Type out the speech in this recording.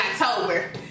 October